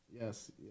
Yes